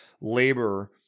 labor